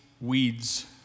weeds